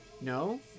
No